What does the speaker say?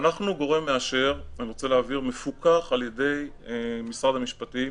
אני רוצה להבהיר שאנחנו גורם מאשר מפוקח על-ידי משרד המשפטים,